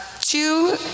two